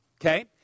Okay